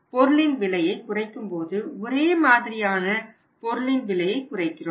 பொருளின் விலையை குறைக்கும் போது ஒரேமாதிரியான பொருளின் விலையை குறைக்கிறோம்